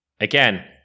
again